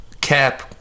cap